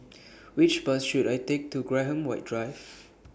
Which Bus should I Take to Graham White Drive